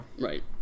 Right